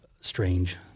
strange